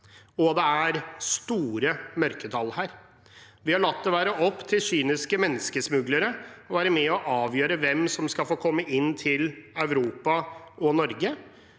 og det er store mørketall. Vi har latt det være opp til kyniske menneskesmuglere å være med og avgjøre hvem som skal få komme inn til Europa og Norge,